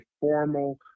formal